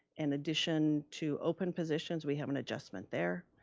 in addition to open positions, we have an adjustment there,